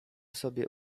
sobie